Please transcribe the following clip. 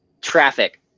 Traffic